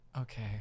Okay